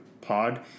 pod